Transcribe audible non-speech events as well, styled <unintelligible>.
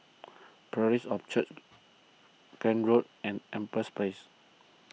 <noise> Parish of Christ <unintelligible> Road and Empress Place